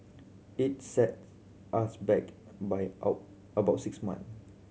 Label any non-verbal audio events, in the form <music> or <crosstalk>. it sets us back by <unintelligible> about six month